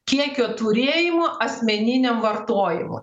kiekio turėjimo asmeniniam vartojimui